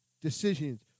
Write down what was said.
decisions